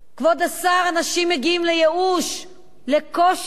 כבוד השר, אנשים מגיעים לייאוש, לקושי,